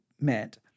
meant